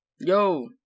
Yo